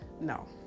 no